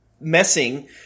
messing